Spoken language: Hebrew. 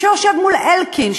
שיושב מול אלקין,